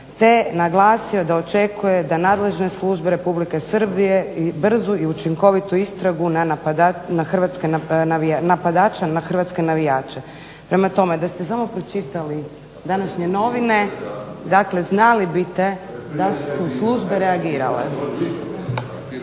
te naglasio da očekuje da nadležne službe Republike Srbije brzu i učinkovitu istragu napadača na hrvatske navijače. Prema tome, da ste samo pročitali današnje novine znali biste da su službe reagirale.